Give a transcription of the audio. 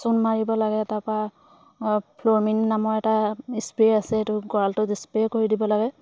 চূণ মাৰিব লাগে তাৰপৰা ফ্ল'ৰমিন নামৰ এটা স্প্ৰে' আছে এইটো গঁড়ালটোত স্প্ৰে' কৰি দিব লাগে